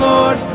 Lord